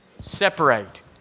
separate